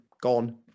gone